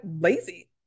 lazy